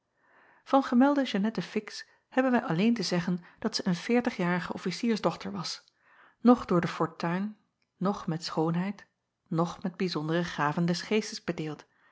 an gemelde eannette ix hebben wij alleen te zeggen dat zij een veertigjarige officiersdochter was noch door de fortuin noch met schoonheid noch met bijzondere gaven des geestes bedeeld